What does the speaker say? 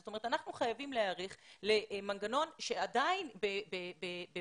זאת אומרת אנחנו חייבים להיערך למנגנון שעדיין במשבר